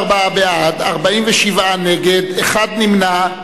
34 בעד, 47 נגד, אחד נמנע.